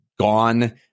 Gone